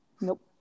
Nope